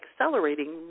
accelerating